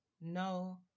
no